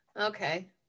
Okay